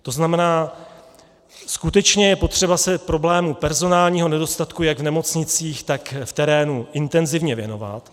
To znamená, skutečně je potřeba se problému personálního nedostatku jak v nemocnicích, tak v terénu intenzivně věnovat.